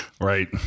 Right